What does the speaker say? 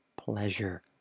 pleasure